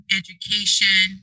education